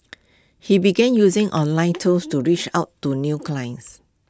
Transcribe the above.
he began using online tools to reach out to new clients